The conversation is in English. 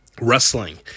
Wrestling